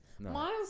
Miles